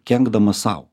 kenkdamas sau